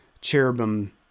cherubim